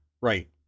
Right